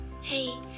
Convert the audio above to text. Hey